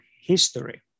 history